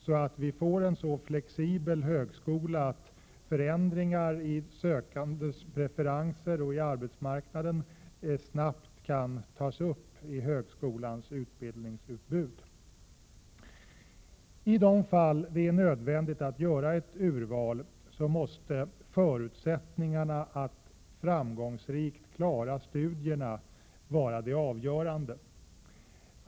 Vi bör eftersträva en så flexibel högskola att förändringar i sökandens preferenser och på arbetsmarknaden snabbt kan påverka högskolans utbildningsutbud. I de fall det är nödvändigt att göra ett urval måste förutsättningarna att framgångsrikt klara studierna vara det avgörande.